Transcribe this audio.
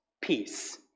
Peace